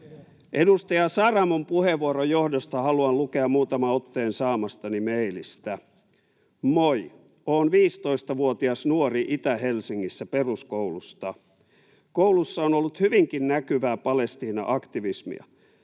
Edustaja Saramon puheenvuoron johdosta haluan lukea muutaman otteen saamastani meilistä: ”Moi! Oon 15-vuotias nuori Itä-Helsingistä peruskoulusta. Koulussa on ollut hyvinkin näkyvää Palestiina-aktivismia.